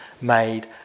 made